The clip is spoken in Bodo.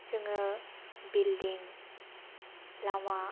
जोङो बिल्डिं लामा